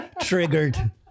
Triggered